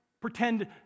pretend